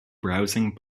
browsing